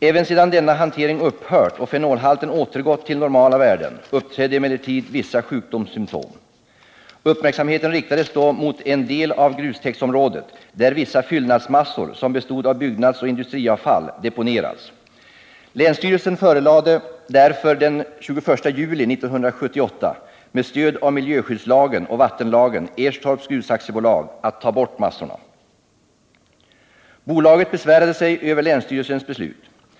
Även sedan denna hantering upphört och fenolhalten återgått till normala värden uppträdde emellertid vissa sjukdomssymtom. Uppmärksamheten riktades då mot en del av grustäktsområdet, där vissa fyllnadsmassor som bestod av byggnadsoch industriavfall deponerats. Länsstyrelsen förelade därför den 21 juli 1978 med stöd av miljöskyddslagen och vattenlagen Erstorps Grusaktiebolag att ta bort massorna. Bolaget besvärade sig över länsstyrelsens beslut.